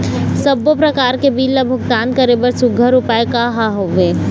सबों प्रकार के बिल ला भुगतान करे बर सुघ्घर उपाय का हा वे?